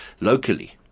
locally